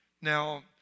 Now